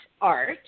art